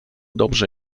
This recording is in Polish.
dobrze